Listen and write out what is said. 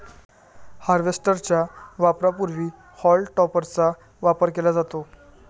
harvester च्या वापरापूर्वी हॉल टॉपरचा वापर केला जातो